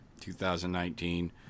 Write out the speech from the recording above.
2019